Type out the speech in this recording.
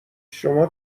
شما